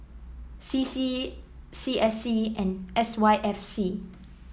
C C C S C and S Y F C